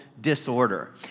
disorder